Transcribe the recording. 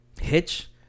Hitch